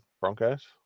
Broncos